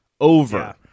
Over